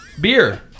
beer